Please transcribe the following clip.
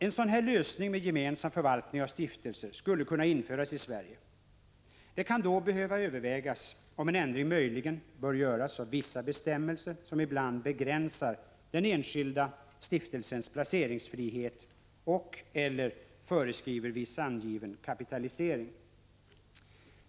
En sådan här lösning med gemensam förvaltning av stiftelser skulle kunna införas i Sverige. Det kan därvid behöva övervägas om en ändring möjligen bör göras av vissa bestämmelser som ibland begränsar den enskilda stiftelsens placeringsfrihet och/eller föreskriver viss angiven kapitalisering.